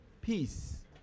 peace